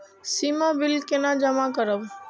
सीमा bill केना जमा करब?